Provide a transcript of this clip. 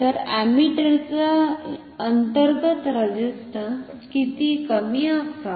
तर अमीटरचा अंतर्गत रेझिस्टंस किती कमी असावा